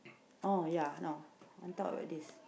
oh ya no on top of this